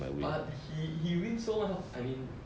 but he he win so much I mean